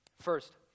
First